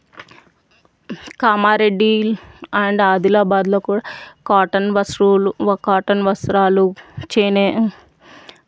Kamareddy and ఆదిలాబాద్లో కూడా cotton వస్తువులు వో కాటన్ వస్త్రాలు చేనేత